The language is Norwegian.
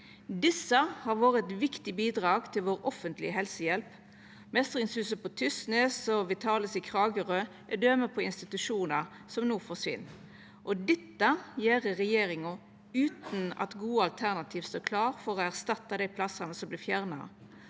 Desse har vore eit viktig bidrag til vår offentlege helsehjelp. Meistringshuset på Tysnes og Vitalis i Kragerø er døme på institusjonar som no forsvinn. Dette gjer regjeringa utan at gode alternativ står klare for å erstatta dei plassane som vert fjerna.